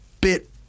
bit